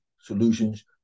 solutions